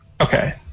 Okay